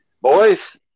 boys